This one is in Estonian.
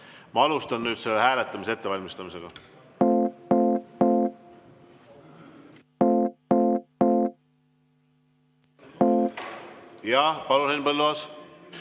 Ma alustan nüüd selle hääletamise ettevalmistamist. Jah, palun, Henn Põlluaas!